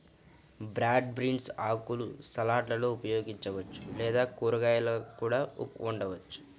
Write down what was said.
broad beans ఆకులను సలాడ్లలో ఉపయోగించవచ్చు లేదా కూరగాయలా కూడా వండవచ్చు